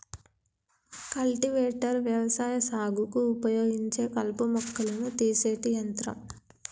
cultivator వ్యవసాయ సాగుకు ఉపయోగించే కలుపు మొక్కలను తీసేటి యంత్రం